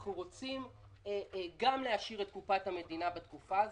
אנחנו רוצים גם להעשיר את קופת המדינה בתקופה הזאת,